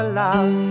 love